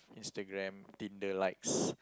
Instagram Tinder likes